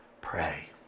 Pray